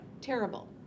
terrible